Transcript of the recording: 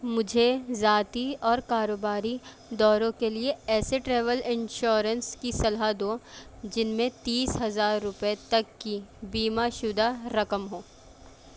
مجھے ذاتی اور کاروباری دوروں کے لیے ایسے ٹریول انشورنس کی صلاح دو جن میں تیس ہزار روپئے تک کی بیمہ شدہ رقم ہو